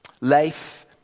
Life